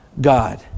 God